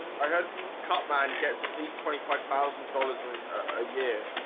i heard cut man gets at least twenty five thousand dollars a ah year